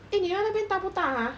eh 你那边大不大 !huh!